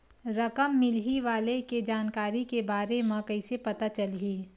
रकम मिलही वाले के जानकारी के बारे मा कइसे पता चलही?